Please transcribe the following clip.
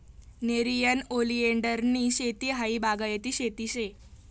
नेरियन ओलीएंडरनी शेती हायी बागायती शेती शे